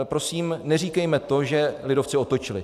Prosím, neříkejme to, že lidovci otočili.